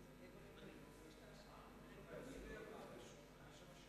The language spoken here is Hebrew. לרשותך שלוש דקות.